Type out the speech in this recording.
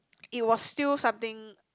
it was still something